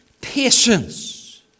patience